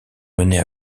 mener